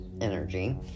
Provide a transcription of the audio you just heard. energy